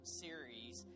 series